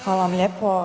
Hvala vam lijepo.